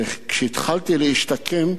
כשהתחלתי להשתקם,